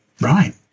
right